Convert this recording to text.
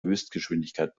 höchstgeschwindigkeit